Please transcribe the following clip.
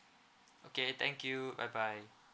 okay thank you bye bye